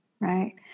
Right